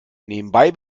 nebenbei